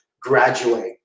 graduate